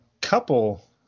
couple